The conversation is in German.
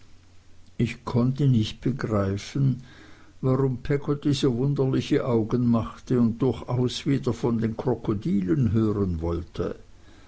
ich konnte nicht recht begreifen warum peggotty so wunderliche augen machte und durchaus wieder von den krokodilen hören wollte